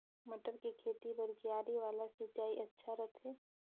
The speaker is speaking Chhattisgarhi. मटर के खेती बर क्यारी वाला सिंचाई अच्छा रथे?